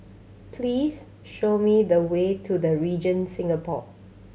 please show me the way to The Regent Singapore